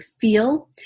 feel